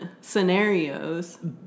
scenarios